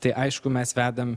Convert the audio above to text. tai aišku mes vedam